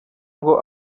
ngo